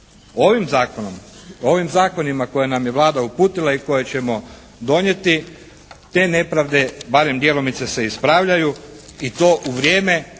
više posto. Ovim zakonima koje nam je Vlada uputila i koje ćemo donijeti te nepravde barem djelomice se ispravljaju i to u vrijeme